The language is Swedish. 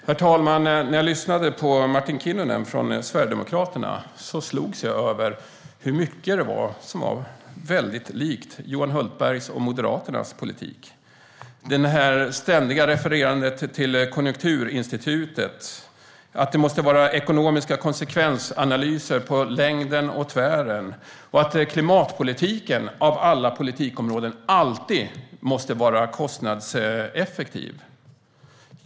Herr talman! När jag lyssnade på Martin Kinnunen från Sverigedemokraterna slogs jag av hur mycket det var som var väldigt likt Johan Hultbergs och Moderaternas politik. Jag hör det ständiga refererandet till Konjunkturinstitutet, att det måste vara ekonomiska konsekvensanalyser på längden och tvären och att klimatpolitiken, av alla politikområden, alltid måste vara kostnadseffektiv.